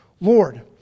Lord